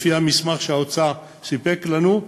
לפי המסמך שהאוצר סיפק לנו,